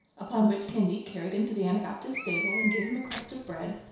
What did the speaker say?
upon which candide carried him to the anabaptist's stable, and gave him a crust of bread.